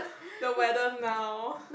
the weather now